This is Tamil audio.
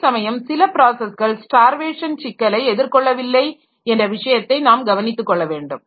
அதே சமயம் சில ப்ராஸஸ்கள் ஸ்டார்வேஷன் சிக்கலை எதிர்கொள்ளவில்லை என்ற விஷயத்தை நாம் கவனித்துக் கொள்ள வேண்டும்